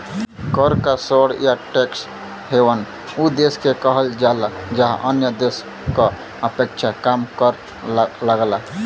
कर क स्वर्ग या टैक्स हेवन उ देश के कहल जाला जहाँ अन्य देश क अपेक्षा कम कर लगला